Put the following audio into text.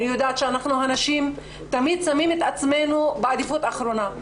אני יודעת שאנחנו הנשים תמיד שמות את עצמנו בעדיפות אחרונה,